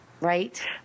right